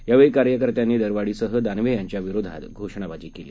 यावेळी आंदोलकर्त्यांनी दरवाढीसह दानवे यांच्या विरोधात घोषणाबाजी केली